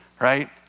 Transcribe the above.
right